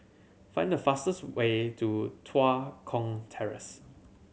find the fastest way to Tua Kong Terrace